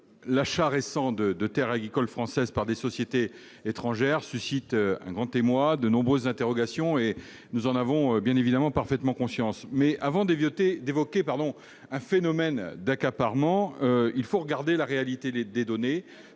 l'achat récent de terres agricoles françaises par des sociétés étrangères suscite un grand émoi et de nombreuses interrogations- nous en avons, bien évidemment, tout à fait conscience. Toutefois, avant d'évoquer un phénomène d'accaparement des terres, il faut examiner la réalité des données.